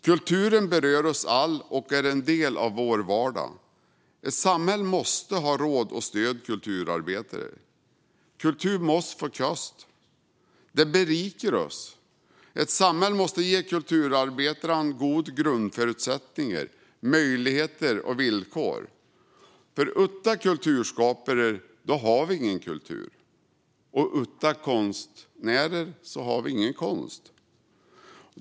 Kulturen berör oss alla och är en del av vår vardag. Ett samhälle måste ha råd att stödja kulturarbetare. Kultur måste få kosta. Den berikar oss. Ett samhälle måste ge kulturarbetarna goda grundförutsättningar, möjligheter och villkor. Utan kulturskapare har vi ingen kultur, och utan konstnärer har vi ingen konst.